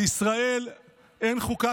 לישראל אין חוקה